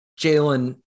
Jalen